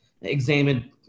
examined